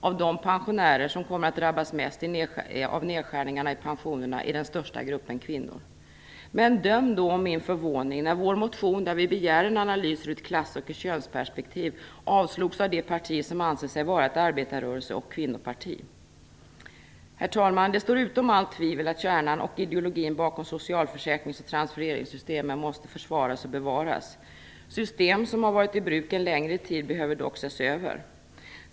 Av de pensionärer som kommer att drabbas mest av nedskärningarna i pensionerna är den största gruppen kvinnor. Men döm om min förvåning när vår motion där vi begär en analys ur ett klass och ett könsperspektiv avstyrktes av det parti som anser sig vara ett arbetarrörelse och kvinnoparti. Herr talman! Det står utom allt tvivel att kärnan och ideologin bakom socialförsäkrings och transfereringssystemen måste försvaras och bevaras. System som har varit i bruk en längre tid behöver dock ses över.